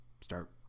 start